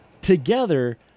Together